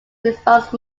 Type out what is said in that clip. response